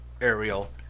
aerial